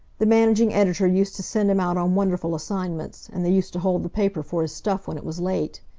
the managing editor used to send him out on wonderful assignments, and they used to hold the paper for his stuff when it was late.